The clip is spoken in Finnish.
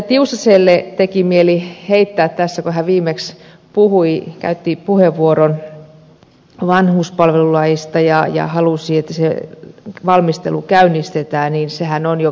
tiusaselle teki mieli heittää tässä kun hän viimeksi käytti puheenvuoron vanhuspalvelulaista ja halusi että se valmistelu käynnistetään että sehän on jo käynnistetty